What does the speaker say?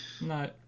No